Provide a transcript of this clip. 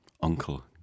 uncle